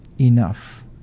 enough